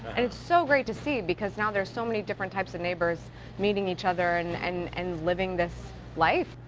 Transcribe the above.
and it's so great to see because now there's so many different types of neighbors meeting each other and and and living this life.